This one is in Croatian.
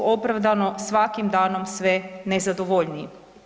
opravdano svakim danom sve nezadovoljniji.